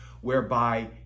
whereby